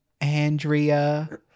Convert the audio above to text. andrea